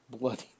Bloody